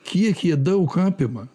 kiek jie daug apima